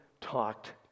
talked